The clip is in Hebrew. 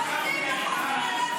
אנחנו בזים לכם.